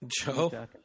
joe